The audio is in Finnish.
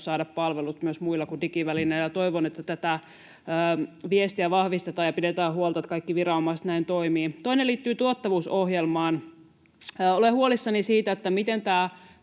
saada palvelut myös muilla kuin digivälineillä. Toivon, että tätä viestiä vahvistetaan ja pidetään huolta, että kaikki viranomaiset näin toimivat. Toinen liittyy tuottavuusohjelmaan. Olen huolissani siitä, miten nämä